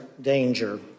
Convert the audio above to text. danger